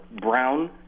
Brown